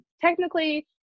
technically